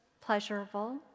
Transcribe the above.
pleasurable